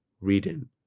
Reading